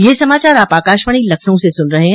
ब्रे क यह समाचार आप आकाशवाणी लखनऊ से सुन रहे हैं